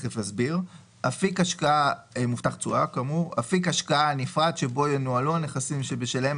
אפיק השקעה נפרד שבו ינוהלו הנכסים שבשלהם